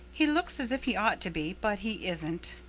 he looks as if he ought to be, but he isn't.